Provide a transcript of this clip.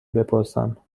بپرسم